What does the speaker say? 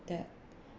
that